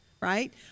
right